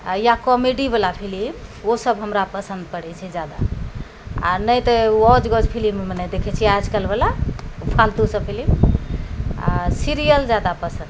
या कॉमेडीवला फिलिम ओसब हमरा पसन्द पड़ै छै ज्यादा आओर नहि तऽ औज गौज फिलिम हमे नहि देखै छिए आजकलवला फालतू सब फिलिम आओर सीरिअल ज्यादा पसन्द